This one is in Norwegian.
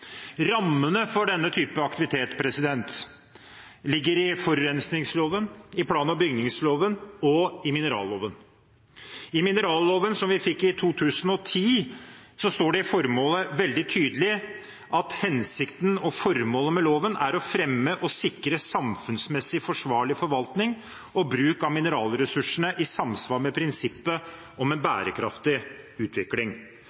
Rammene for denne typen aktivitet ligger i forurensningsloven, i plan- og bygningsloven og i mineralloven. I mineralloven, som vi fikk i 2010, står det i formålet veldig tydelig at hensikten og «formålet med loven er å fremme og sikre samfunnsmessig forsvarlig forvaltning og bruk av mineralressursene i samsvar med prinsippet om en bærekraftig utvikling».